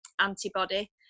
antibody